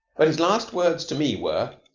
but his last words to me were,